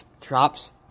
drops